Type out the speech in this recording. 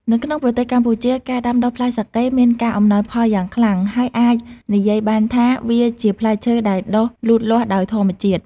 នៅក្នុងប្រទេសកម្ពុជា ការដាំដុះផ្លែសាកេមានការអំណោយផលយ៉ាងខ្លាំង ហើយអាចនិយាយបានថាវាជាផ្លែឈើដែលដុះលូតលាស់ដោយធម្មជាតិ។